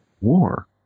war